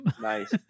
Nice